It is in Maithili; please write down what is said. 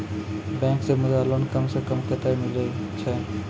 बैंक से मुद्रा लोन कम सऽ कम कतैय मिलैय छै?